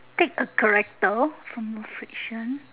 take a character from a fiction